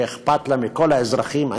שאכפת לה מכל האזרחים.